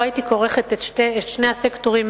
לא הייתי כורכת את שני הסקטורים,